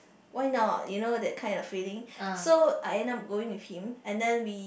why not you know that kind of feeling so I end up going with him and then we